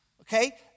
okay